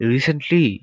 Recently